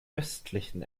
westlichen